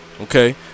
Okay